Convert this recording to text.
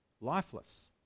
lifeless